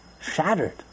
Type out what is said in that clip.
shattered